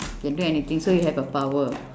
can do anything so you have a power